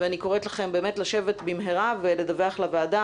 ואני קוראת לכם לשבת במהרה ולדווח לוועדה